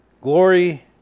glory